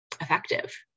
effective